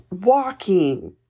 walking